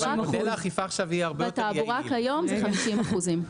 בתעבורה כיום זה 50 אחוזים.